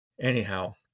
Anyhow